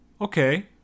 Okay